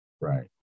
right